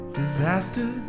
disaster